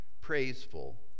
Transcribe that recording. praiseful